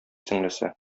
сеңлесе